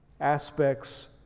aspects